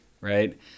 right